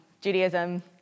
Judaism